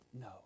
No